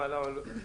תקשיב,